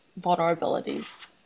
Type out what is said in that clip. vulnerabilities